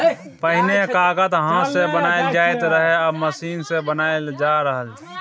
पहिने कागत हाथ सँ बनाएल जाइत रहय आब मशीन सँ बनाएल जा रहल छै